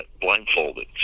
blindfolded